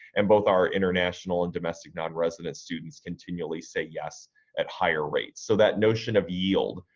and both our international and domestic non-resident students continually say yes at higher rates. so that notion of yield,